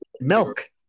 milk